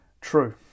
true